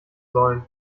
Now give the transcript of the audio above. sollen